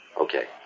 Okay